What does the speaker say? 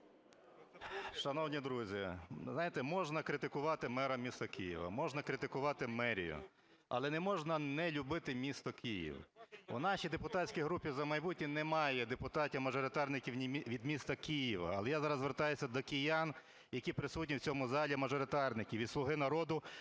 Шановні друзі, ви знаєте, можна критикувати мера міста Києва, можна критикувати мерію, але не можна не любити місто Київ. У нашій депутатській групі "За майбутнє" немає депутатів-мажоритарників від міста Києва, але я зараз звертаюся до киян, які присутні в цьому залі, мажоритарників із "Слуги народу",